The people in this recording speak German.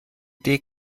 idee